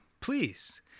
please